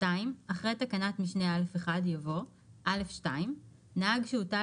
אחרי תקנת משנה (א1) יבוא: "(א2) נהג שהוטל